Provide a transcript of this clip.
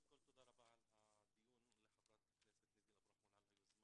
תודה רבה על הדיון וברכות לחברת הכנסת ניבין אבו רחמון על היוזמה.